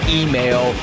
email